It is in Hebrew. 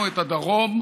אתה רוצה לדבר על בגין?